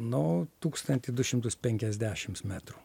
nu tūkstantį du šimtus penkiasdešims metrų